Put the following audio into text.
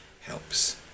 helps